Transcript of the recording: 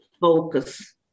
focus